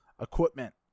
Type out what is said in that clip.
equipment